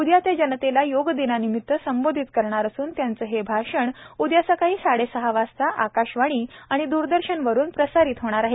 उद्या ते जनतेला योगदिनानिमित संबोधित करणार असून त्यांचं हे भाषण उद्या सकाळी साडेसहा वाजता आकाशवाणी आणि द्रदर्शनवरुन प्रसारित होणार आहे